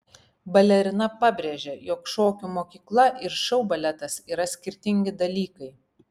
balerina pabrėžė jog šokių mokykla ir šou baletas yra skirtingi dalykai